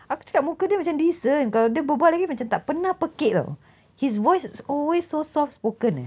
aku cakap muka dia macam decent kalau dia berbual lagi macam tak pernah pekik [tau] his voice is always so soft spoken eh